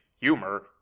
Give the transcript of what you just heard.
humor